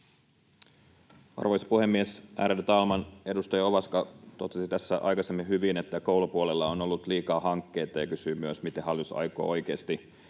Arvoisa puhemies, ärade talman! Edustaja Ovaska totesi tässä aikaisemmin hyvin, että koulupuolella on ollut liikaa hankkeita, ja kysyi myös, miten hallitus aikoo oikeasti